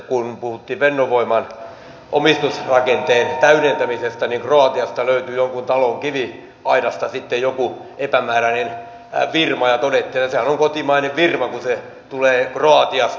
kun puhuttiin fennovoiman omistusrakenteen täydentämisestä niin kroatiasta löytyy jonkun talon kiviaidasta sitten joku epämääräinen firma ja todettiin että sehän on kotimainen firma kun se tulee kroatiasta